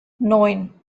neun